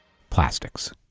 plastics.